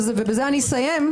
ובזה אני אסיים,